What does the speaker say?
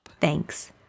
Thanks